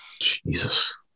jesus